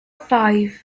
five